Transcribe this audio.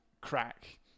crack